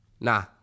Nah